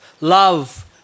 love